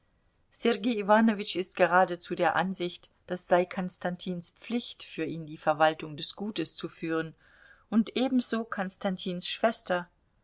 iwanowitsch ist geradezu der ansicht das sei konstantins pflicht für ihn die verwaltung des gutes zu führen und ebenso konstantins schwester